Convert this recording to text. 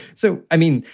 so, i mean,